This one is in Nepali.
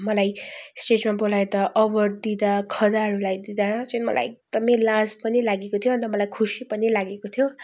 मलाई स्टेजमा बोलाएर अवार्ड दिँदा खदाहरू लगाइदिँदा चाहिँ मलाई एकदम लाज पनि लागेको थियो अन्त मलाई खुसी पनि लागेको थियो